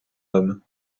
homme